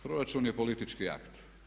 Proračun je politički akt.